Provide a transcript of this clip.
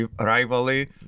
Rivalry